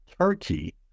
Turkey